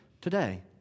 today